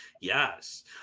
Yes